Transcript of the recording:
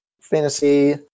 fantasy